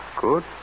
Good